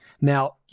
Now